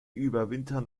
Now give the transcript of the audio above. überwintern